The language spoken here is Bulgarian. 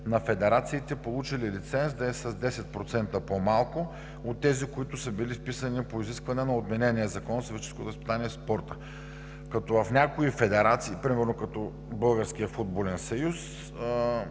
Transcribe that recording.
на федерациите, получили лиценз, да е с 10% по-малко от тези, които са били вписани по изискване на отменения Закон за физическото възпитание и спорта, като в някои федерации – например Българският футболен съюз,